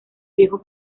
viejo